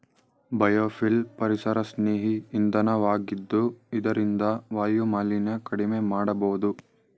biofuel ಪರಿಸರಸ್ನೇಹಿ ಇಂಧನ ವಾಗಿದ್ದು ಇದರಿಂದ ವಾಯುಮಾಲಿನ್ಯ ಕಡಿಮೆ ಮಾಡಬೋದು